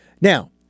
Now